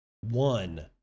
one